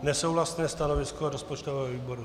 Nesouhlasné stanovisko rozpočtového výboru.